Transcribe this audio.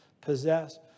possess